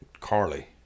Carly